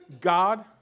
God